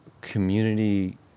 community